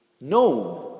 No